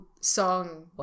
song